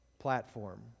platform